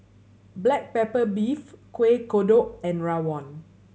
black pepper beef Kueh Kodok and rawon